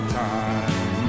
time